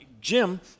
Jim